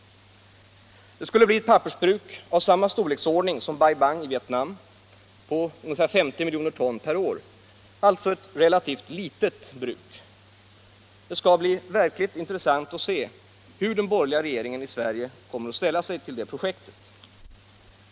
Det skulle bli ett pappersbruk av samma storleksordning som Bai Bang i Vietnam på 50 miljoner ton per år, alltså ett relativt litet bruk. Det skall bli mycket intressant att se hur den borgerliga regeringen i Sverige kommer att ställa sig till det projektet.